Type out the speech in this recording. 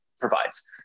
provides